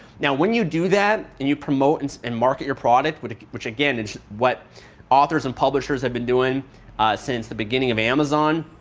yeah when you do that and you promote and and market your product, which which again is what authors and publishers have been doing since the beginning of amazon.